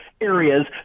areas